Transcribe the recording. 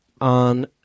on